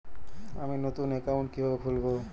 আমি নতুন অ্যাকাউন্ট কিভাবে খুলব?